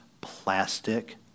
plastic